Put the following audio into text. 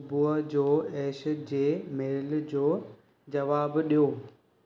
सुबुह जो ऐश जे मेल जो जवाबु ॾियो